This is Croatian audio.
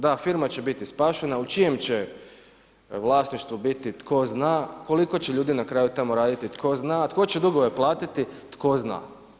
Da, firma će biti spašena, u čijem će vlasništvu biti, tko zna, koliko će ljudi na kraju tamo raditi, tko zna, tko će dugove platiti, tko zna.